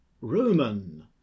Roman